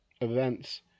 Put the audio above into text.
events